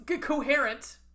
coherent